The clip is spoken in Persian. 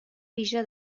ویژه